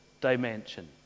dimension